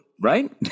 right